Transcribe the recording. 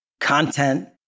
content